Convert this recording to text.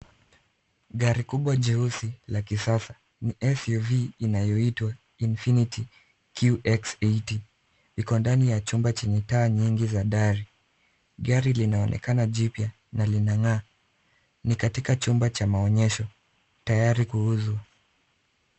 Gari kubwa jeusi la kisasa ni SUV inayoitwa Infinity QX80 . Iko ndani ya chumba chenye taa nyingi za dari. Gari linaonekana jipya na linang'aa. Ni katika chumba cha maonyesho tayari kuuzwa.